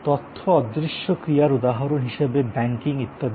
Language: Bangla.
তথ্য অদৃশ্য ক্রিয়ার উদাহরণ হিসাবরক্ষণ ব্যাংকিং ইত্যাদি